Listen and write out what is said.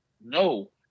No